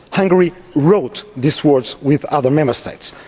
hungary wrote these words with other member states.